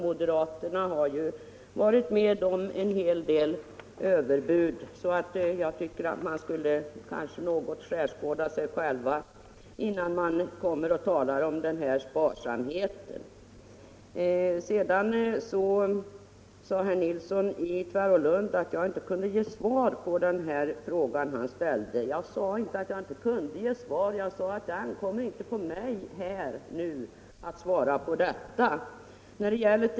Moderaterna har varit med om en hel del överbud. Jag tycker därför att de något borde skärskåda sig själva, innan de kommer och talar om sparsamhet. Herr Nilsson i Tvärålund påstod att jag inte kunde svara på hans fråga. Jag sade inte att jag inte kunde ge svar, men jag framhöll att det inte ankom på mig att här besvara frågan.